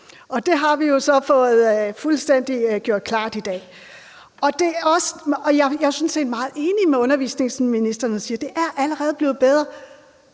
og det har vi jo så fået gjort fuldstændig klart i dag. Jeg er sådan set meget enig med undervisningsministeren, når hun siger, at det allerede er blevet bedre,